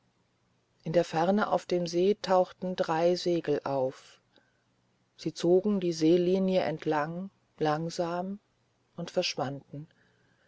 in der ferne auf dem see tauchten drei segel auf sie zogen der seelinie entlang langsam und verschwanden